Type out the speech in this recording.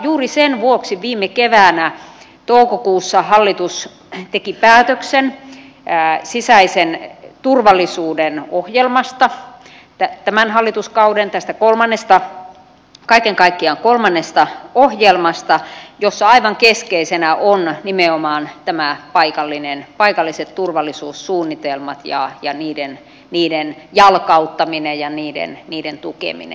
juuri sen vuoksi viime keväänä toukokuussa hallitus teki päätöksen sisäisen turvallisuuden ohjelmasta tämän hallituskauden kaiken kaikkiaan kolmannesta ohjelmasta jossa aivan keskeisenä ovat nimenomaan nämä paikalliset turvallisuussuunnitelmat ja niiden jalkauttaminen ja niiden tukeminen